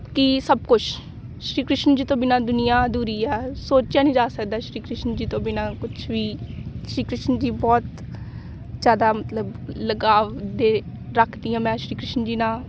ਕਿ ਸਭ ਕੁਛ ਸ਼੍ਰੀ ਕ੍ਰਿਸ਼ਨ ਜੀ ਤੋਂ ਬਿਨਾ ਦੁਨੀਆ ਅਧੂਰੀ ਆ ਸੋਚਿਆ ਨਹੀਂ ਜਾ ਸਕਦਾ ਸ਼੍ਰੀ ਕ੍ਰਿਸ਼ਨ ਜੀ ਤੋਂ ਬਿਨਾ ਕੁਛ ਵੀ ਸ਼੍ਰੀ ਕ੍ਰਿਸ਼ਨ ਜੀ ਬਹੁਤ ਜ਼ਿਆਦਾ ਮਤਲਬ ਲਗਾਉ ਦੇ ਰੱਖਦੀ ਹਾਂ ਮੈਂ ਸ਼੍ਰੀ ਕ੍ਰਿਸ਼ਨ ਜੀ ਨਾਲ